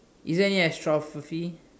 isn't it aprostophe